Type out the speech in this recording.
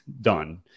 done